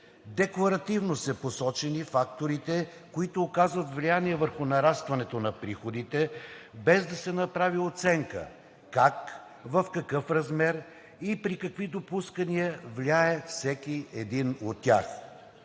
Декларативно са посочени факторите, които оказват влияние върху нарастването на приходите, без да се направи оценка как, в какъв размер и при какви допускания влияе всеки един от тях.